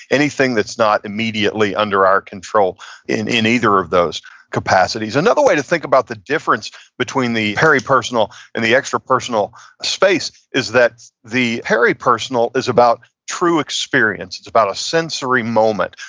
anything that's not immediately under our control in in either of those capacities. another way to think about the difference between the peripersonal and the extrapersonal space is that the peripersonal is about true experience. it's about a sensory moment.